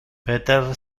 peter